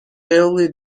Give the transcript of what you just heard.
early